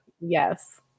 Yes